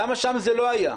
למה שם זה לא היה?